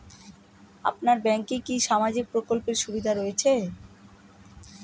আপনার ব্যাংকে কি সামাজিক প্রকল্পের সুবিধা রয়েছে?